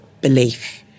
belief